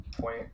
point